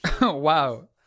Wow